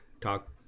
Talk